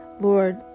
Lord